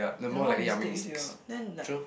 and amount of mistakes you're then like